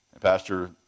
Pastor